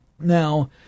now